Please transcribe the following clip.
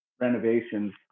renovations